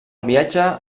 viatge